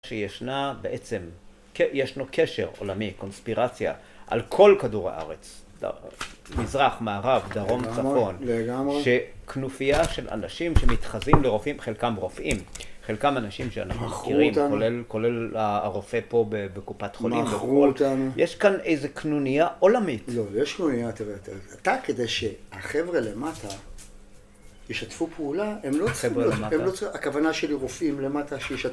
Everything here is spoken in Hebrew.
שישנה בעצם, ישנו קשר עולמי, קונספירציה, על כל כדור הארץ מזרח, מערב, דרום, צפון לגמרי שכנופייה של אנשים שמתחזים לרופאים, חלקם רופאים חלקם אנשים שאנחנו מכירים מכרו אותנו כולל הרופא פה בקופת חולים מכרו אותנו יש כאן איזו כנונייה עולמית לא, יש כנונייה, תראה, אתה כדי שהחבר'ה למטה ישתפו פעולה החבר'ה למטה? הכוונה שלי רופאים למטה שישתפו